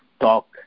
talk